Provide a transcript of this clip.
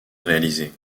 réaliser